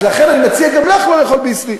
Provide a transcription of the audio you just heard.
ולכן אני מציע גם לך לא לאכול "ביסלי".